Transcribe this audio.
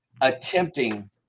attempting